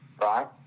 right